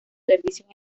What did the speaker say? servicios